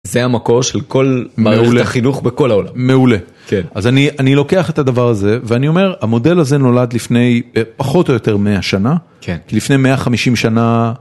זה המקור של כל מערכת החינוך בכל העולם מעולה אז אני אני לוקח את הדבר הזה ואני אומר המודל הזה נולד לפני פחות או יותר 100 שנה, לפני 150 שנה.